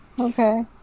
Okay